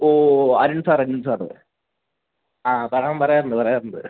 ഓ ഓ Arun സാറരുൺ sir ആ വരാൻ പറയാറുണ്ട് പറയാറുണ്ട്